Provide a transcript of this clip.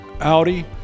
Audi